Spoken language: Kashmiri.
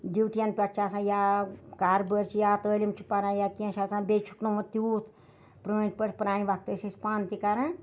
ڈِوٹِیَن پٮ۪ٹھ چھِ آسان یا کاربٲرۍ چھِ یا تعلیٖم چھِ پَران یا کینٛہہ چھِ آسان بیٚیہِ چھُکھ نہٕ وۄنۍ تیوٗت پرٛٲنۍ پٲٹھۍ پرٛانہِ وقتہٕ أسۍ ٲسۍ پانہٕ تہِ کَران